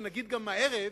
ונגיד גם הערב,